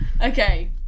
Okay